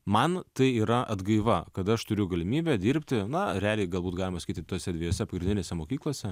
man tai yra atgaiva kad aš turiu galimybę dirbti na realiai galbūt galima sakyti tose dviejose pagrindinėse mokyklose